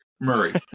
Murray